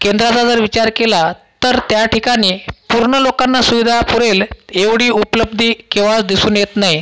केंद्राचा जर विचार केला तर् त्या ठिकाणी पूर्ण लोकांना सुविधा पुरेल एवढी उपलब्धी केव्हाच दिसून येत नाही